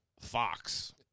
Fox